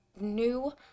new